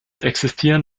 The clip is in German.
existieren